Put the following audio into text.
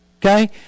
Okay